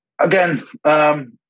Again